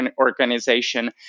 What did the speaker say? organization